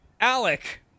Alec